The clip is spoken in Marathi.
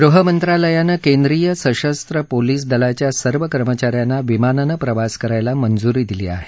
गृहमंत्रालयानं केंद्रीय सशस्र पोलिस दलाच्या सर्व कर्मचा यांना विमानानं प्रवास करायला मंजूरी दिली आहे